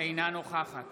אינה נוכחת